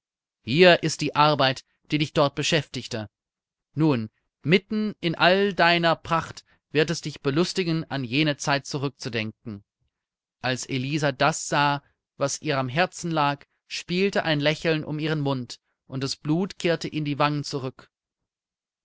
hier ist die arbeit die dich dort beschäftigte nun mitten in all deiner pracht wird es dich belustigen an jene zeit zurückzudenken als elisa das sah was ihr am herzen lag spielte ein lächeln um ihren mund und das blut kehrte in die wangen zurück